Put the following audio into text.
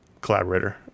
collaborator